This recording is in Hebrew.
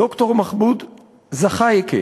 ד"ר מחמוד זחאיקה